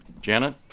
Janet